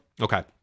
Okay